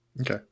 Okay